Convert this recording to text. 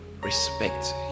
respect